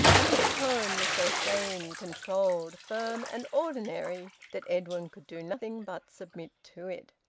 and his tone was so sane, controlled, firm, and ordinary that edwin could do nothing but submit to it.